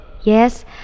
Yes